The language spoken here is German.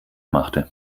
machte